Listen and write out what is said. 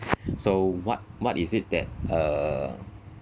so what what is it that uh